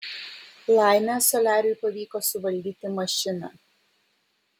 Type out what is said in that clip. laimė soliariui pavyko suvaldyti mašiną